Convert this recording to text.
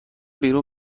بیرون